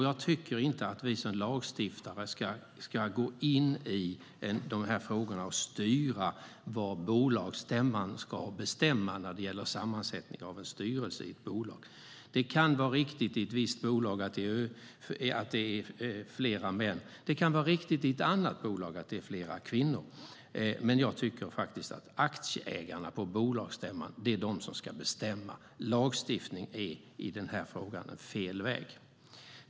Jag tycker inte att vi som lagstiftare ska gå in i de här frågorna och styra vad bolagsstämman ska bestämma när det gäller sammansättning av en styrelse i ett bolag. Det kan vara riktigt i ett bolag att det är fler män i en styrelse, och det kan vara riktigt i ett annat bolag att det är fler kvinnor, men jag tycker faktiskt att det är aktieägarna på bolagsstämman som ska bestämma. Lagstiftning är i den här frågan fel väg.